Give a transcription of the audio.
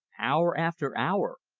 hour after hour,